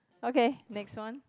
okay next one